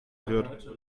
wird